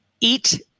eat